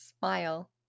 smile